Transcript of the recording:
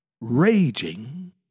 raging